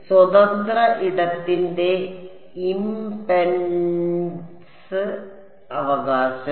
സ്വതന്ത്ര ഇടത്തിന്റെ ഇംപെഡൻസ് അവകാശം